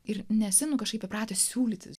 ir nesi kažkaip įpratęs siūlyti